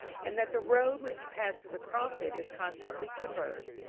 and that the road which passes across it is constantly traversed,